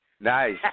Nice